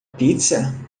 pizza